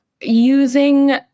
using